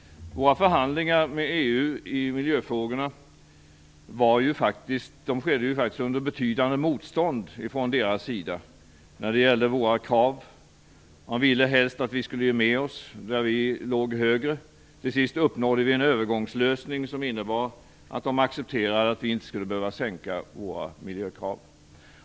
Våra förhandlingar med EU i miljöfrågor skedde ju faktiskt under betydande motstånd från EU:s sida när det gällde våra krav. Man ville helst att vi skulle ge med oss på de punkter där våra krav var högre. Till sist uppnåddes en övergångslösning som innebar att man från EU accepterade att vi inte skulle behöva sänka våra miljökrav.